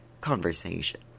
conversation